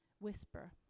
Whisper